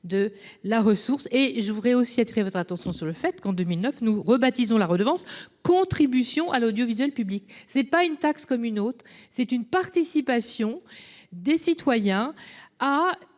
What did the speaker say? de la ressource et je voudrais aussi attirer votre attention sur le fait qu'en 2009 nous rebaptisant la redevance contribution à l'audiovisuel public. C'est pas une taxe, comme une autre, c'est une participation des citoyens à